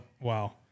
Wow